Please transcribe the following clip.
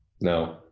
no